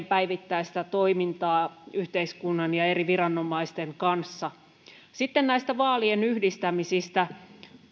päivittäistä toimintaa yhteiskunnan ja eri viranomaisten kanssa sitten näistä vaalien yhdistämisistä